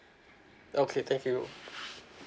okay thank you